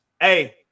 Hey